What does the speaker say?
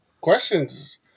questions